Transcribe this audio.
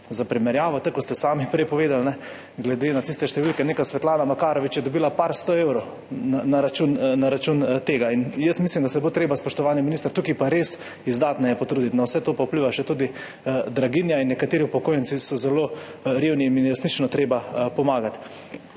Za primerjavo, tako, kot ste sami prej povedali, glede na tiste številke, neka Svetlana Makarovič je dobila par 100 evrov na račun tega in jaz mislim, da se bo treba, spoštovani minister, tukaj pa res izdatneje potruditi. Na vse to pa vpliva še draginja in nekateri upokojenci so zelo revni, resnično jim je treba pomagati.